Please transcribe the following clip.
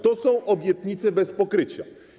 To są obietnice bez pokrycia.